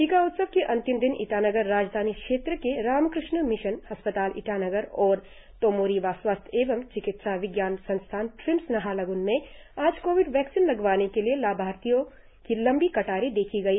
टीका उत्सव के अंतिम दिन ईटानगर राजधानी क्षेत्र के रामक़ष्ण मिशन अस्पताल ईटानगर और तोमो रिबा स्वास्थ्य एवं चिकित्सा विज्ञान संस्थान ट्रिम्स नाहरल्गन में आज कोविड वैक्सीन लगवाने के लिए लाभार्थियों की लंबी कतारे देखी गई